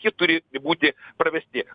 jie turi irgi būti pravesti